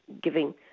giving